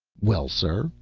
well, sir,